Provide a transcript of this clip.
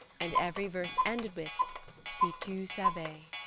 and every verse ended with si tu savais.